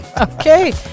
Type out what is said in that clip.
Okay